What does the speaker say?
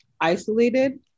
isolated